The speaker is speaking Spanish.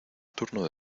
turno